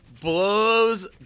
blows